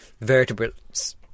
vertebrates